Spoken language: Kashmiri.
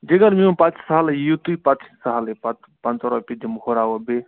جِگر میون پَتہٕ چھُ سہلٕے یِیِو تُہۍ پَتہٕ چھُ سہلٕے پَتہٕ پَنٛژاہ رۄپیہِ دِم ہُراوَو بیٚیہِ